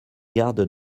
garde